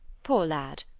poor lad,